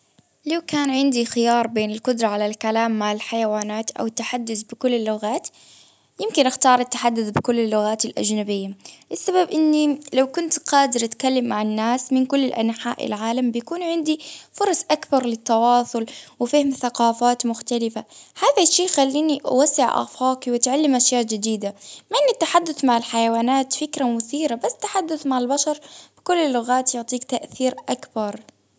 لو كان عندي خيار بين القدرة على الكلام مع الحيوانات أو التحدث بكل اللغات، يمكن أختار التحدث بكل اللغات الأجنبية، السبب إني لو كنت قادر أتكلم مع الناس من كل أنحاء العالم، بيكون عندي فرص أكثر للتواصل وفهم ثقافات مختلفة، هذا الشي يخليني أوسع أفاق وتعلم أشياء جديدة، من التحدث مع الحيوانات فكرة مثيرة بس تحدث مع البشر بكل اللغات، يعطيك تأثير أكبر.